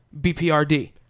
BPRD